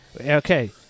Okay